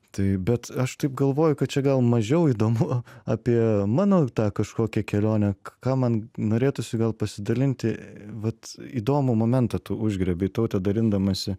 tai bet aš taip galvoju kad čia gal mažiau įdomu apie mano tą kažkokią kelionę ką man norėtųsi gal pasidalinti vat įdomų momentą tu užgriebei taute dalindamasi